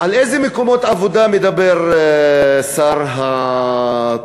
על איזה מקומות עבודה מדבר שר האוצר?